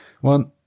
one